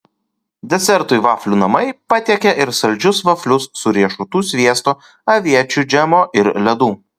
desertui vaflių namai patiekia ir saldžius vaflius su riešutų sviesto aviečių džemo ir ledų